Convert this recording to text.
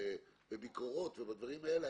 בביקורות ובדברים האלה,